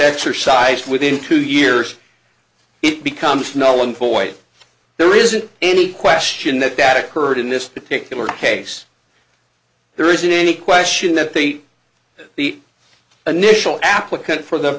exercised within two years it becomes null and void there isn't any question that that occurred in this particular case there isn't any question that they the initial applicant for the